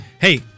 Hey